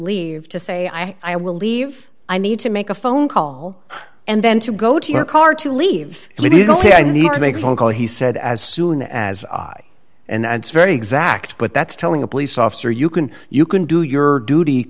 leave to say i i will leave i need to make a phone call and then to go to your car to leave you need to say i need to make a phone call he said as soon as i and very exact but that's telling the police officer you can you can do your duty